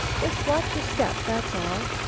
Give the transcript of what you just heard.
just watch your step, that's all.